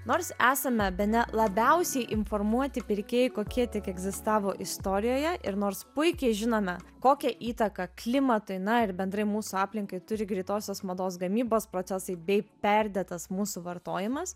nors esame bene labiausiai informuoti pirkėjai kokie tik egzistavo istorijoje ir nors puikiai žinome kokią įtaką klimatui na ir bendrai mūsų aplinkai turi greitosios mados gamybos procesai bei perdėtas mūsų vartojimas